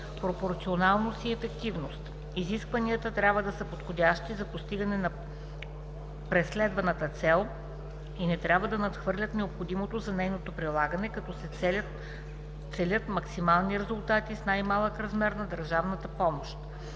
пропорционалност и ефективност – изискванията трябва да са подходящи за постигане на преследваната цел и не трябва да надхвърлят необходимото за нейното постигане, като се целят максимални резултати с най-малък размер на държавната помощ;